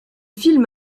film